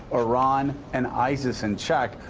iran, and isis in check.